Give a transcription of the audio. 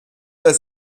als